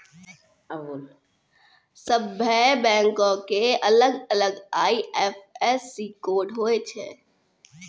सभ्भे बैंको के अलग अलग आई.एफ.एस.सी कोड होय छै